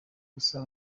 gusa